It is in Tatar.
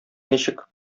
ничек